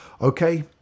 Okay